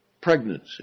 pregnancy